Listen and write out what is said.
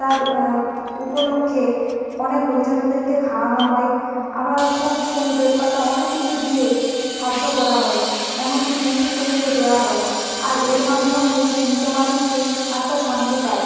তার উপলক্ষে অনেক লোকজনদেরকে খাওয়ানো হয় আবার খুব ফুল বেল পাতা অনেক কিছু দিয়ে শ্রাদ্ধ করা হয় এমন কি পিন্ডি পর্যন্ত দেওয়া হয় আর এর মাধ্যমেই সেই মৃত মানুষটির আত্মা শান্তি পায়